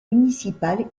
municipal